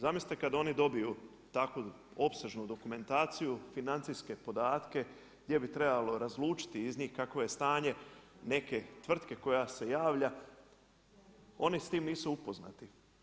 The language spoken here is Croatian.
Zamislite kad oni dobiju takvu opsežnu dokumentaciju, financijske podatke, gdje bi trebalo razlučiti kakvo je stanje neke tvrtke koja se javlja, oni s tim nisu upoznati.